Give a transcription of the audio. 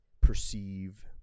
perceive